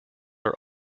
are